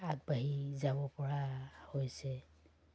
আগবাঢ়ি যাব পৰা হৈছে